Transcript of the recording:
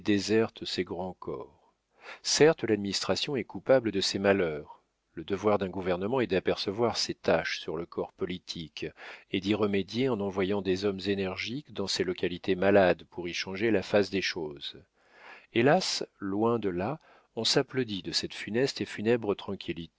déserte ces grands corps certes l'administration est coupable de ces malheurs le devoir d'un gouvernement est d'apercevoir ces taches sur le corps politique et d'y remédier en envoyant des hommes énergiques dans ces localités malades pour y changer la face des choses hélas loin de là on s'applaudit de cette funeste et funèbre